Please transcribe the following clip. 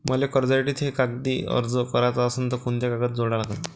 मले कर्जासाठी थे कागदी अर्ज कराचा असन तर कुंते कागद जोडा लागन?